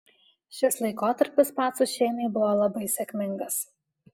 šis laikotarpis pacų šeimai buvo labai sėkmingas